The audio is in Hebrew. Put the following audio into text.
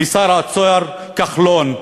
ושר האוצר כחלון מובילים,